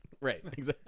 Right